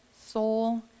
SOUL